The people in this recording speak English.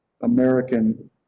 American